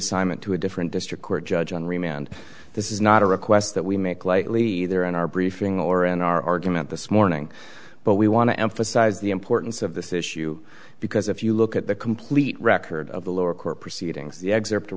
reassignment to a different district court judge on remand this is not a request that we make lightly there in our briefing or in our argument this morning but we want to emphasize the importance of this issue because if you look at the complete record of the lower court proceedings the e